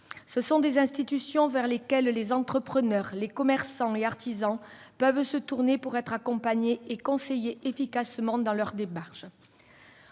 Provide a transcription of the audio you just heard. Ce sont des institutions vers lesquelles les entrepreneurs, les commerçants et les artisans peuvent se tourner pour être accompagnés et conseillés efficacement dans leurs démarches.